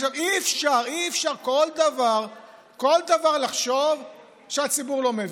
אי-אפשר בכל דבר לחשוב שהציבור לא מבין.